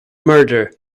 murder